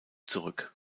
zurück